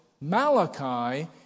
Malachi